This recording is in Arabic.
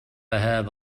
هذا